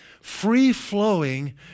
free-flowing